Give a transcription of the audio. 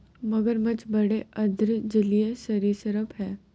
मगरमच्छ बड़े अर्ध जलीय सरीसृप हैं